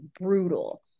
brutal